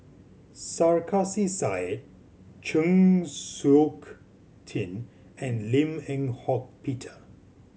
Sarkasi Said Chng Seok Tin and Lim Eng Hock Peter